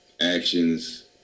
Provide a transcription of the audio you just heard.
actions